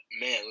man